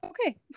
okay